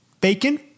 Bacon